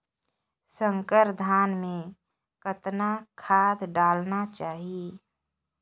संकर धान मे कतना खाद डालना चाही?